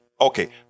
okay